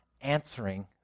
answering